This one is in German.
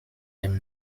dem